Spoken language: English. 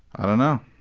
i don't know.